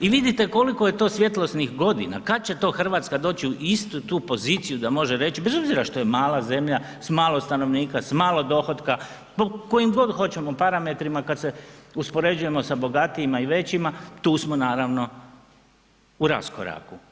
I vidite koliko je to svjetlosnih godina, kad će to Hrvatska doći u istu tu poziciju da može reći, bez obzira što je mala zemlja, s malo stanovnika, s malo dohotka, po kojim god hoćemo parametrima kad se uspoređujemo sa bogatijima i većima tu smo naravno u raskoraku.